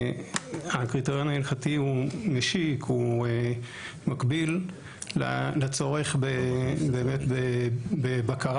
הקריטריון ההלכתי משיק ומקביל לצורך בבקרה